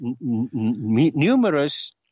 numerous